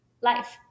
life